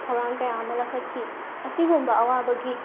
ꯊꯧꯔꯥꯡ ꯀꯌꯥ ꯑꯃ ꯂꯧꯈꯠꯈꯤ ꯑꯁꯤꯒꯨꯝꯕ ꯑꯋꯥꯕꯒꯤ